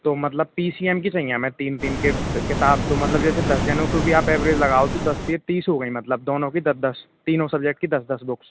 तो मतलब P C M की चाहिए हमें तीन तीन के किताब तो मतलब जैसे दस जनों को भी आप एवरेज लगाओ तो दस तिया तीस हो गईं मतलब दोनों की दस दस तीनों सब्जेक्ट की दस दस बुक्स